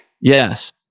Yes